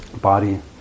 body